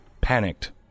panicked